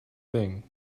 thing